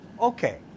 Okay